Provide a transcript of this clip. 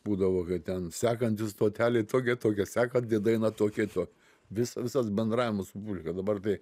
būdavau ten sekanti stotelė tokia tokia sekanti daina tokia to vis visas bendravimas su publika dabar tai